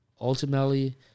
Ultimately